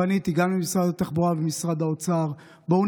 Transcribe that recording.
פניתי גם למשרד התחבורה ומשרד האוצר: בואו